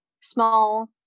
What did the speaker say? small